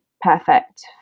perfect